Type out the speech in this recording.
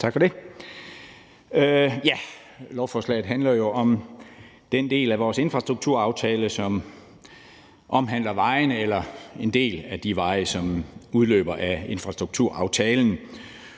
Tak for det. Lovforslaget handler jo om den del af vores infrastrukturaftale, som omhandler vejene eller en del af de veje, som udløber af infrastrukturaftalen.